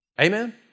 Amen